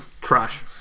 Trash